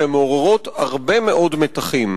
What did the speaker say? והן מעוררות הרבה מאוד מתחים.